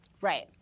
Right